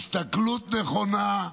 הסתכלות נכונה,